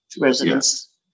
residents